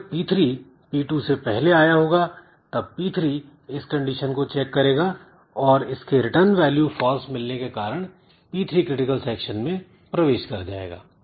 अगर P3 P2 से पहले आया होगा तब P3 इस कंडीशन को चेक करेगा और इसके रिटर्न वैल्यू फॉल्स मिलने के कारण P3 क्रिटिकल सेक्शन में प्रवेश कर जाएगा